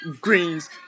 greens